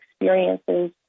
experiences